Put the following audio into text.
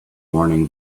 warning